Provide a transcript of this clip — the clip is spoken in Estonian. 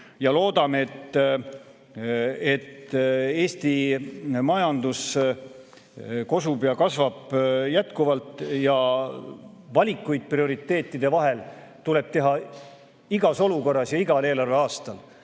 ja loodame, et Eesti majandus kosub ja kasvab jätkuvalt. Ja valikuid prioriteetide vahel, kuhu suunata kasv, tuleb teha igas olukorras ja igal eelarveaastal,